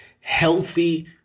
healthy